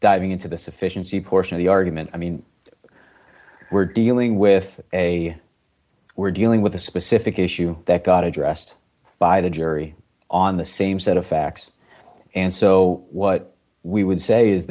diving into the sufficiency portion of the argument i mean we're dealing with a we're dealing with a specific issue that got addressed by the jury on the same set of facts and so what we would say